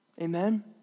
Amen